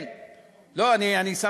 אני תמיד מחייך.